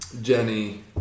Jenny